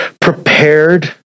prepared